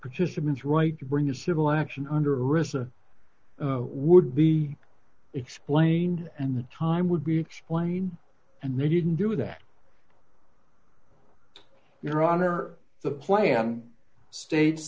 participants right to bring a civil action under rissa would be explained and the time would be plain and they didn't do that your honor the plan states